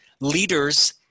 leaders